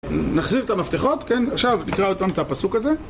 נחזיר את המפתחות, כן? עכשיו, נקרא עוד פעם את הפסוק הזה.